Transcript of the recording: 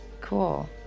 Cool